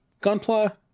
Gunpla